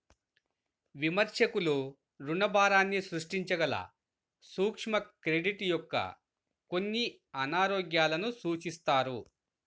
విమర్శకులు రుణభారాన్ని సృష్టించగల సూక్ష్మ క్రెడిట్ యొక్క కొన్ని అనారోగ్యాలను సూచిస్తారు